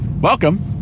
welcome